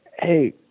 Hey